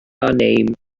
name